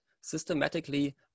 systematically